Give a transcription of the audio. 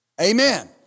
Amen